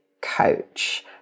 coach